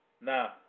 Now